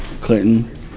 Clinton